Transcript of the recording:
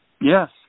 Yes